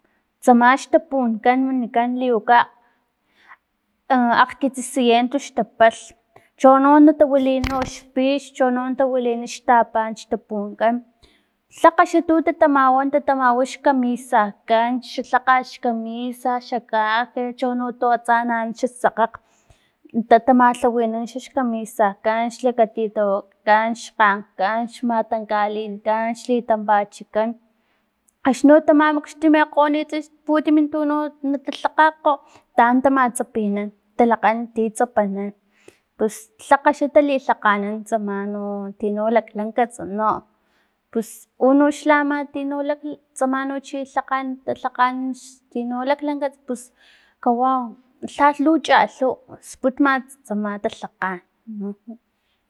Tsama xtapunkan wankan liwaka akgkitsisiento xtapalh chono natawili no xpix chono tawilini xtapan, xtapunkan tlakga xa tun tatamawa xkamisaka xa lhakgat xkamisa xa caje, chono tu atsa an xa skgakg tatamalhawinan uxax kamisakan, xlakatitawatkan xkgankan xmatankalinkan, xtampachikan, axni no tamamixtimikgo putimi tu no natalhakganankgo taan tamatsapinan talakgan ti tsapanan pus tlakga xa talilhakganan tsama no tino laklankatsa no pus unoxla ama tino lhak tsama chino talhakgan talhakgan x tino laklankats pus kawau lhalh lu chalhuw sputmatsa tsama talhakgan